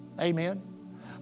Amen